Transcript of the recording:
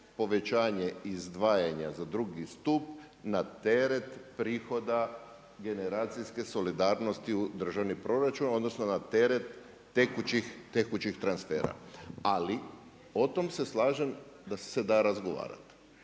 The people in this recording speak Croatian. povećanje izdvajanja za 2 stup na teret prihoda generacijske solidarnosti u državni proračun, odnosno na teret tekućih transfera. Ali o tome se slažem, da se da razgovarati.